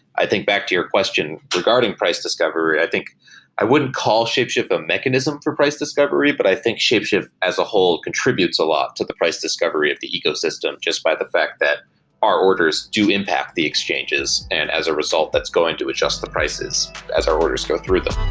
i think back to your question regarding price discovery, i think i wouldn't call shapeshift a mechanism for price discovery, but i think shapeshift as a whole contributes a lot to the price discovery discovery of the ecosystem just by the fact that our orders do impact the exchanges, and as a result, that's going to adjust the prices as our orders go through them